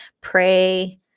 pray